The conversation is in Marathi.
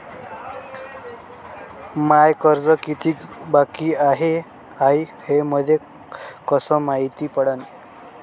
माय कर्ज कितीक बाकी हाय, हे मले कस मायती पडन?